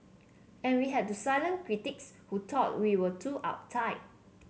and we had to silence critics who thought we were too uptight